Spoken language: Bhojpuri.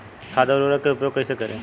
खाद व उर्वरक के उपयोग कइसे करी?